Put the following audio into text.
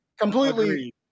completely